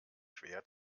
schwer